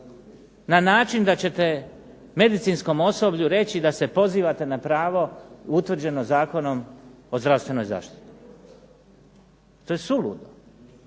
na način da ćete medicinskom osoblju reći da se pozivate na pravo utvrđeno Zakonom o zdravstvenoj zaštiti. To je suludo.